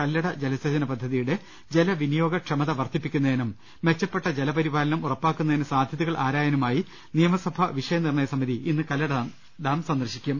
കല്ലട ജലസേചന പദ്ധതിയുടെ ജല വിനിയോഗക്ഷമത വർധിപ്പിക്കുന്നതിനും മെച്ചപ്പെട്ട ജലപരിപാലനം ഉറപ്പാക്കുന്നതിന് സാധ്യതകൾ ആരായാനുമായി നിയമസഭാ വിഷയ നിർണയ സമിതി ഇന്ന് കല്ലട ഡാം സന്ദർശിക്കും